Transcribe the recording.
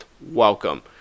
welcome